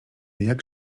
jak